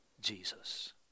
Jesus